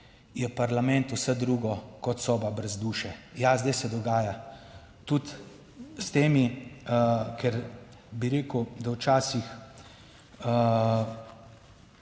je v parlament vse drugo kot soba brez duše. Ja, zdaj se dogaja? Tudi s temi, ker bi rekel, da včasih